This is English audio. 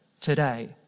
Today